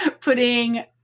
putting